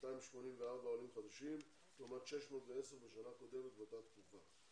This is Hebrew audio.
284 עולים חדשים לעומת 610 בשנה קודמת באותה תקופה.